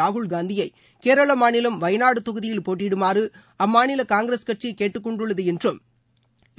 ராகுல் காந்தியை கேரள மாநிலம் வயநாடு தொகுதியில் போட்டியிடுமாறு அம்மாநில காங்கிரஸ் கட்சி கேட்டுக்கொண்டுள்ளது என்றும்